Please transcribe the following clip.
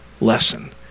lesson